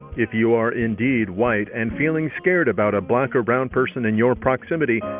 if you are indeed white and feeling scared about a black or brown person in your proximity,